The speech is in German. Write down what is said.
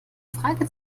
frage